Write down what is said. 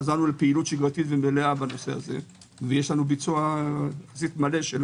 חזרנו חזרנו לפעילות שגרתית מלאה בנושא ויש לנו ביצוע יחסית מלא.